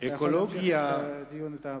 אתה יכול להמשיך את הדיון אתה,